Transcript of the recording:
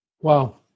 Wow